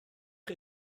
chi